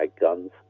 guns